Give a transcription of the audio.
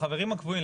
החברים הקבועים.